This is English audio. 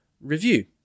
review